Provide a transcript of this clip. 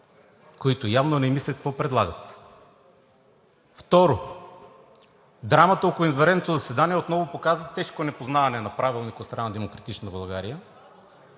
които явно не мислят какво предлагат. Второ, драмата около извънредното заседание отново показа тежко непознаване на Правилника от страна на „Демократична България“.